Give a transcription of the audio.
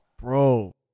Bro